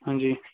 ਹਾਂਜੀ